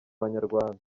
abanyarwanda